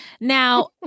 Now